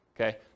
Okay